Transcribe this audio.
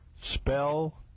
Spell